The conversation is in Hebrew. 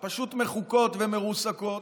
פשוט מחוקות ומרוסקות,